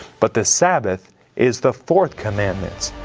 but the sabbath is the fourth commandment.